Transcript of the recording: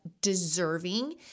deserving